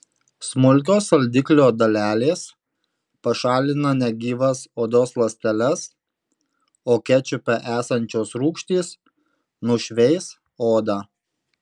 smulkios saldiklio dalelės pašalina negyvas odos ląsteles o kečupe esančios rūgštys nušveis odą